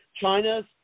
China's